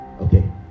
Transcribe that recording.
Okay